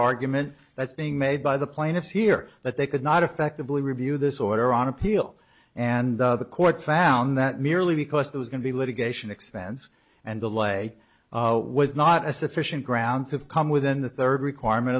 argument that's being made by the plaintiffs here that they could not affectively review this order on appeal and the court found that merely because there was going to litigation expense and the lay was not a sufficient grounds have come within the third requirement